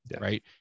Right